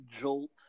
Jolt